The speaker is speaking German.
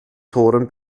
toren